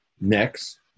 Next